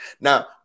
Now